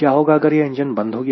क्या होगा अगर यह इंजन बंद हो गया